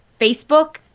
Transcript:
Facebook